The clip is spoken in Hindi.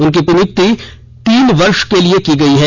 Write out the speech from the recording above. उनकी नियुक्ति तीन वर्ष के लिए की गयी है